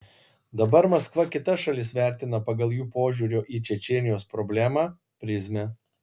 dabar maskva kitas šalis vertina pagal jų požiūrio į čečėnijos problemą prizmę